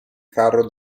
carro